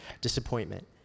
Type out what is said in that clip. disappointment